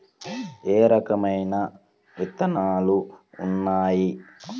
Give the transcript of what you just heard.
ఏ రకమైన విత్తనాలు ఉన్నాయి?